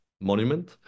monument